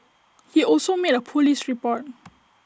he also made A Police report